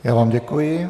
Já vám děkuji.